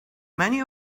many